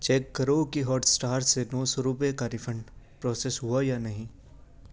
check کرو کہ Hotstar سے نو سو روپئے کا ریفنڈ پروسیس ہوا یا نہیں